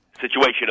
situation